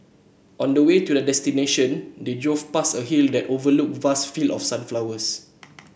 on the way to their destination they drove past a hill that overlooked vast fields of sunflowers